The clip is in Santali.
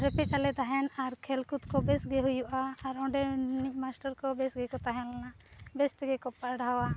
ᱨᱮᱯᱮᱡ ᱟᱞᱮ ᱛᱟᱦᱮᱱ ᱟᱨ ᱠᱷᱮᱞᱼᱠᱩᱫᱽᱠᱚ ᱵᱮᱥᱜᱮ ᱦᱩᱭᱩᱜᱼᱟ ᱟᱨ ᱚᱸᱰᱮᱱ ᱢᱟᱥᱴᱟᱨᱠᱚ ᱵᱮᱥᱜᱮᱠᱚ ᱛᱟᱦᱮᱸᱞᱮᱱᱟ ᱵᱮᱥ ᱛᱮᱜᱮᱠᱚ ᱯᱟᱲᱦᱟᱣᱟ